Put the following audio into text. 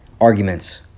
arguments